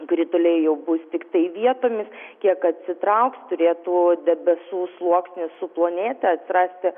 krituliai jau bus tiktai vietomis kiek atsitrauks turėtų debesų sluoksnis suplonėti atrasti